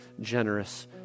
generous